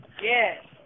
Yes